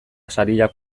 sariak